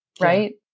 right